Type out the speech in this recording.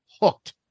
hooked